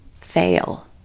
fail